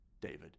David